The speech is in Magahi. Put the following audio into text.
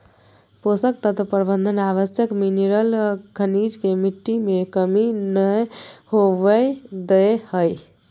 पोषक तत्व प्रबंधन आवश्यक मिनिरल खनिज के मिट्टी में कमी नै होवई दे हई